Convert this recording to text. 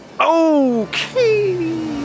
Okay